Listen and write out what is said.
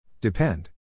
Depend